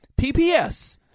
PPS